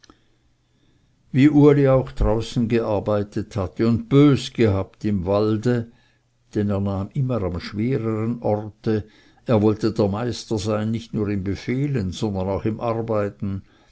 wie uli auch draußen gearbeitet hatte und bös gehabt im walde denn er nahm immer am schwereren orte er wollte der meister sein nicht nur im befehlen sondern auch im arbeiten